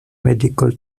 medical